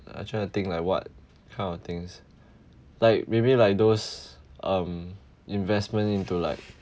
I try to think like what kind of things like maybe like those um investment into like